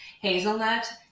hazelnut